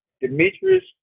Demetrius